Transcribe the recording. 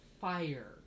fire